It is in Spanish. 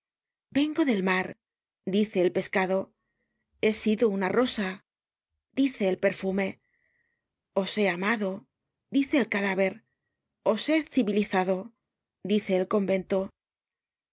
vengo del mar dice el pescado he sido una rosa dice el perfume os he amado dice el cadáver os he civilizado dice el convento